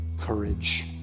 courage